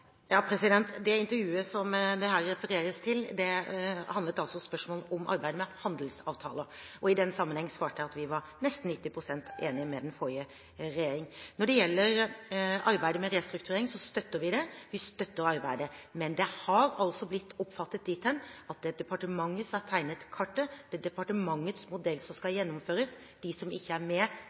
Det intervjuet som det her refereres til, handlet altså om spørsmålene om arbeidet med handelsavtaler. I den sammenheng svarte jeg at vi var nesten 90 pst. enig med den forrige regjeringen. Når det gjelder arbeidet med restrukturering, støtter vi det. Vi støtter arbeidet, men det har altså blitt oppfattet dit hen at det er departementet som har tegnet kartet, at det er departementets modell som skal gjennomføres, og at de som ikke er med,